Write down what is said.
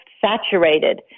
saturated